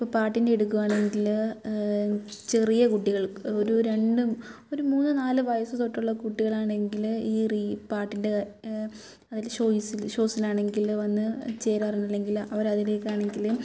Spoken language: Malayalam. ഇപ്പോൾ പാട്ടിൻ്റെ എടുക്കുവാണെങ്കിൽ ചെറിയ കുട്ടികൾ ഒരു രണ്ട് ഒരു മൂന്ന് നാല് വയസ്സ് തൊട്ടുള്ള കുട്ടികളാണെങ്കിൽ ഈ റീ പാട്ടിൻ്റെ അതിൽ ചോയിസിൽ ഷോസിലാണെങ്കിൽ വന്ന് ചേരാറുണ്ട് അല്ലെങ്കിൽ അവർ അതിലേക്കാണെങ്കിൽ